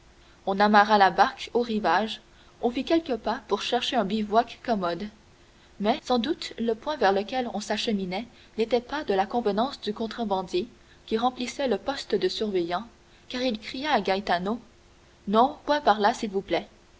on amarra la barque au rivage on fit quelques pas pour chercher un bivouac commode mais sans doute le point vers lequel on s'acheminait n'était pas de la convenance du contrebandier qui remplissait le poste de surveillant car il cria à gaetano non point par là s'il vous plaît